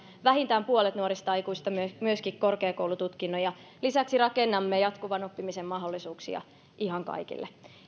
vähintään puolet nuorista aikuisista myöskin korkeakoulututkinnon ja lisäksi rakennamme jatkuvan oppimisen mahdollisuuksia ihan kaikille